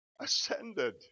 ascended